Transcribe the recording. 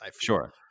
sure